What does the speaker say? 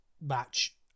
match